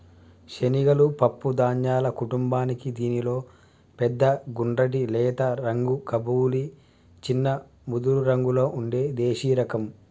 శనగలు పప్పు ధాన్యాల కుటుంబానికీ దీనిలో పెద్ద గుండ్రటి లేత రంగు కబూలి, చిన్న ముదురురంగులో ఉండే దేశిరకం